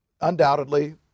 undoubtedly